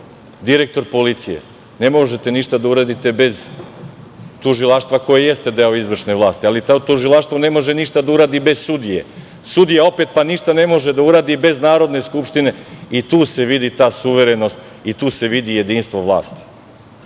direktor policije ne možete ništa da uradite bez tužilaštva koje jeste deo izvršne vlasti, ali tužilaštvo ne može ništa da uradi bez sudije, a sudija opet ne može ništa da uradi bez Narodne skupštine. Tu se vidi ta suverenost i tu se vidi jedinstvo vlasti. Ranije